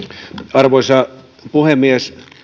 arvoisa puhemies